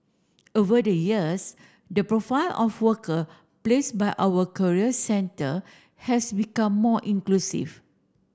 over the years the profile of worker placed by our career centre has become more inclusive